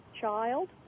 child